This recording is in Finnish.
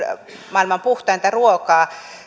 maailman puhtainta ruokaa